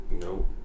Nope